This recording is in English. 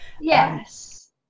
Yes